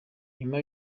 nyuma